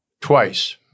twice